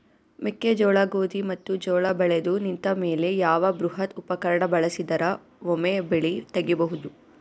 ಮೆಕ್ಕೆಜೋಳ, ಗೋಧಿ ಮತ್ತು ಜೋಳ ಬೆಳೆದು ನಿಂತ ಮೇಲೆ ಯಾವ ಬೃಹತ್ ಉಪಕರಣ ಬಳಸಿದರ ವೊಮೆ ಬೆಳಿ ತಗಿಬಹುದು?